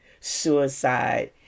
suicide